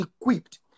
equipped